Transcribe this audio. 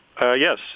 Yes